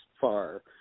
far